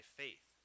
faith